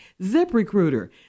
ZipRecruiter